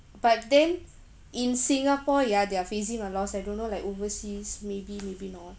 but then in singapore yeah they're facing a loss I don't know like overseas maybe maybe not